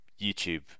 YouTube